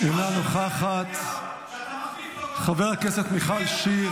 אינה נוכחת -- תספר לנו על הפגישה בקפריסין,